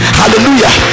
hallelujah